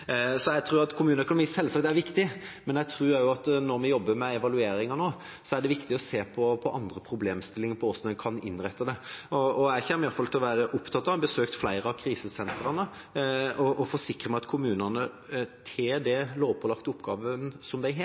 Jeg tror selvsagt at kommuneøkonomi er viktig, men jeg tror også at når vi nå jobber med evalueringen, er det viktig å se på andre problemstillinger knyttet til hvordan en kan innrette dette. Jeg kommer i hvert fall til å være opptatt av – jeg har besøkt flere av krisesentrene – å forsikre meg om at kommunene tar den lovpålagte oppgaven de har,